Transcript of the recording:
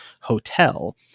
hotel